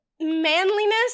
manliness